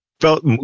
felt